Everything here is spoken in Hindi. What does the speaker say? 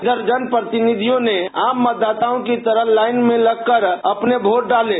इधर जनप्रतिनिधियों ने आम मतदाताओं की तरह लाईन में लगकर अपने वोट डाले